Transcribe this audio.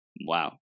Wow